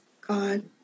God